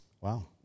Wow